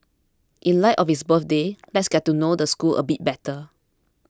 in light of its birthday let's get to know the school a bit better